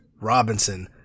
Robinson